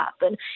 happen